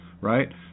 right